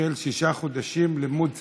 של שישה חודשים ללימוד שפה.